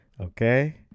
Okay